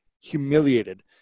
humiliated